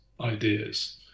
ideas